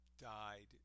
died